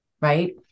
Right